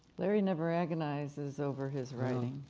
larry never agonizes over his writing.